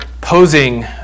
posing